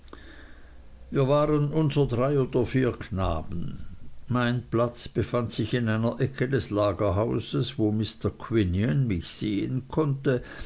wir waren unser drei oder vier knaben mein platz befand sich in einer ecke des lagerhauses wo mr quinion mich sehen konnte